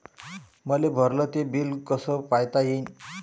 मले भरल ते बिल कस पायता येईन?